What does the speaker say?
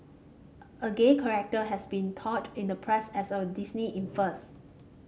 a gay character has been touted in the press as a Disney in first